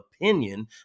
opinion